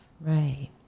Right